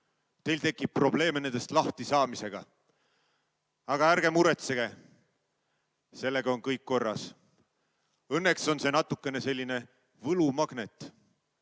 Teil tekib probleeme nendest lahtisaamisega. Aga ärge muretsege, sellega on kõik korras. Õnneks on see natukene selline võlumagnet.